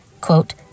quote